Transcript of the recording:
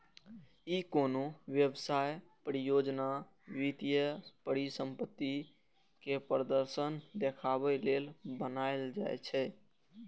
ई कोनो व्यवसाय, परियोजना, वित्तीय परिसंपत्ति के प्रदर्शन देखाबे लेल बनाएल जाइ छै